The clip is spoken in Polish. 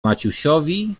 maciusiowi